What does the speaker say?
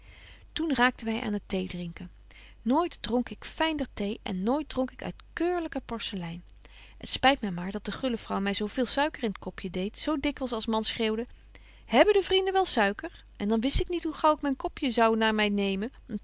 toen raakten wy aan het theedrinken nooit dronk ik fynder thee en nooit dronk ik uit keurlyker porcelein t speet my maar dat de gulle vrouw my zo veel suiker in het kopje deedt zo dikwyls als man schreeuwde hebben de vrienden wel suiker en dan wist ik niet hoe gaauw ik myn kopje zou naar my nemen